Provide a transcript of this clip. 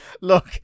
look